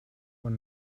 one